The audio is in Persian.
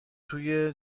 توی